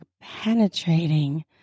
penetrating